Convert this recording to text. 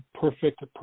perfect